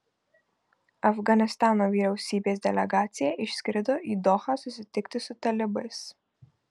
afganistano vyriausybės delegacija išskrido į dohą susitikti su talibais